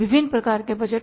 विभिन्न प्रकार के बजट